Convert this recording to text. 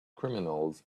criminals